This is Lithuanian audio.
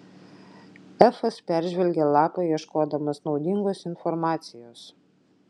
efas peržvelgė lapą ieškodamas naudingos informacijos